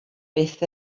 byth